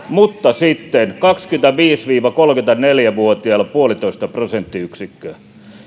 mutta sitten kaksikymmentäviisi viiva kolmekymmentäneljä vuotiailla yksi pilkku viisi prosenttiyksikköä